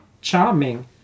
charming